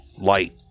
light